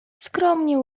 skromnie